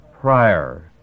prior